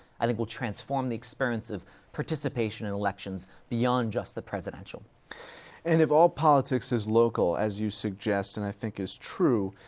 i think, will transform the experience of participation in elections beyond just the presidential. heffner and if all politics is local, as you suggest, and i think is true,